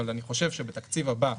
אבל אני חושב שבתקציב הבא,